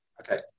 Okay